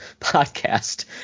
podcast